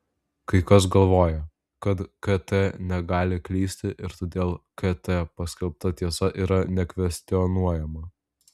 kai kas galvoja kad kt negali klysti ir todėl kt paskelbta tiesa yra nekvestionuojama